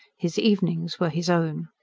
his evenings were his own.